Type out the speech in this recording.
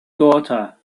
daughter